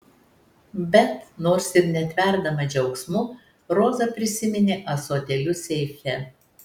bet nors ir netverdama džiaugsmu roza prisiminė ąsotėlius seife